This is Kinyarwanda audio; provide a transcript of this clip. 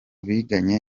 biganye